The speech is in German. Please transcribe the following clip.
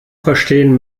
verstehen